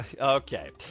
Okay